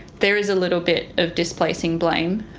there is a little bit of displacing blame.